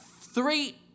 Three